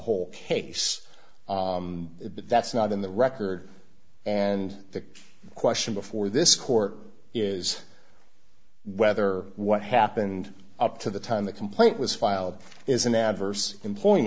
whole case but that's not in the record and the question before this court is whether what happened up to the time the complaint was filed is an adverse employ